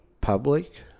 public